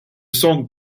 song